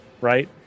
right